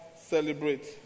celebrate